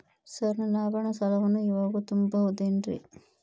Sir ನನ್ನ ಆಭರಣ ಸಾಲವನ್ನು ಇವಾಗು ತುಂಬ ಬಹುದೇನ್ರಿ?